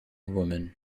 woman